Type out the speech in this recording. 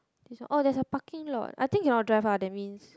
oh there's a parking lot I think cannot drive ah that means